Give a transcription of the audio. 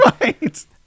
Right